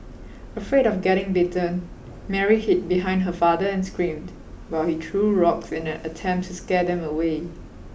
afraid of getting bitten Mary hid behind her father and screamed while he threw rocks in an attempt to scare them away